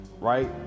right